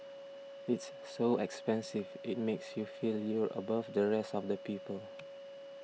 it's so expensive it makes you feel you're above the rest of the people